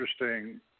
interesting